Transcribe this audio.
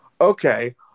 okay